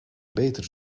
beter